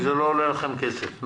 כי זה לא עולה לכם כסף.